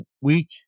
week